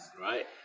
right